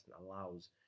allows